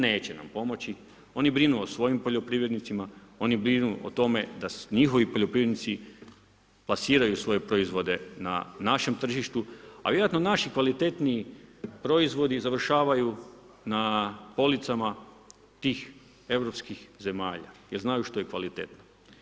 Neće nam pomoći, oni brinu o svojim poljoprivrednicima, oni brinu o tome da njihovi poljoprivrednici plasiraju svoje proizvode na našem tržištu a vjerojatno naši kvalitetniji proizvodi završavaju na policama tih europskih zemalja jer znaju što je kvaliteta.